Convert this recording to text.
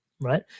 right